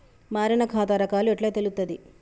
మారిన ఖాతా రకాలు ఎట్లా తెలుత్తది?